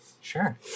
Sure